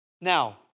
Now